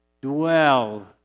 dwell